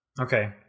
Okay